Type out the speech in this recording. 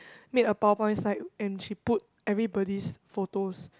made a PowerPoint slide and she put everybody's photos